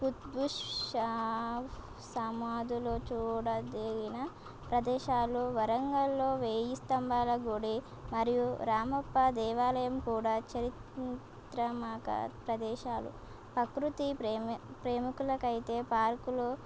కుతుబ్షా సమాధులు చూడదగిన ప్రదేశాలు వరంగలులో వెయ్యి స్తంభాల గుడి మరియు రామప్ప దేవాలయం కూడా చారిత్రాత్మక ప్రదేశాలు ప్రకృతి ప్రేమి ప్రేముకులకైతే పార్కులు